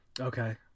Okay